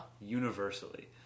universally